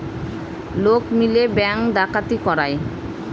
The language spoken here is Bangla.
লোক মিলে ব্যাঙ্ক ডাকাতি করায়